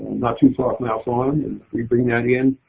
not too far from our farm and we bring that in.